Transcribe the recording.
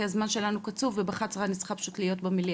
כי הזמן שלנו קצוב ובשעה 11:00 אני צריכה פשוט להיות במליאה.